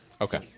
okay